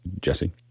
Jesse